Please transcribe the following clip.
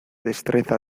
destreza